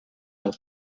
are